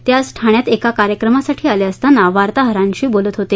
ते आज ठाण्यात एका कार्यक्रमासाठी आले असता वार्ताहरांशी बोलत होते